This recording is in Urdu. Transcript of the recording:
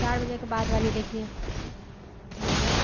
چار بجے کے بعد والی دیکھیے جی